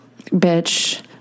Bitch